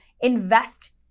invest